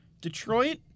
Detroit